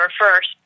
first